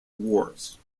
wars